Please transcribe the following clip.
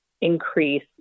increase